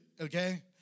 Okay